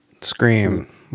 Scream